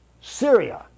Syria